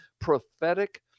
prophetic